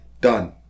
Done